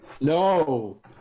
No